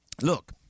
Look